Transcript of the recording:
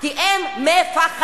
כי הם מפחדים.